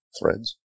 threads